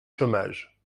chômage